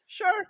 Sure